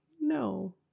no